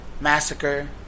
massacre